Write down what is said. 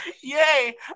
yay